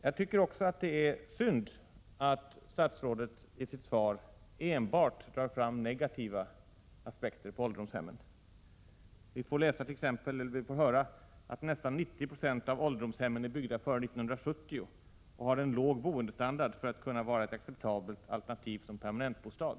Jag tycker också att det är synd att statsrådet i sitt svar enbart drar fram negativa aspekter på ålderdomshemmen. Vi får t.ex. höra att nästan 90 96 av ålderdomshemmen är byggda före 1970 och har en alltför låg boendestandard för att kunna vara ett acceptabelt alternativ som permanentbostad.